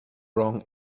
wrong